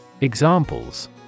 Examples